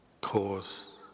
cause